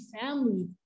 family